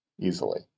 easily